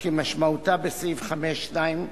כמשמעותה בסעיף 5(2)